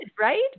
right